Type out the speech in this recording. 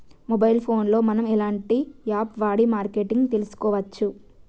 Mobile phone లో మనం ఎలాంటి యాప్ వాడి మార్కెటింగ్ తెలుసుకోవచ్చు?